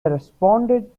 responded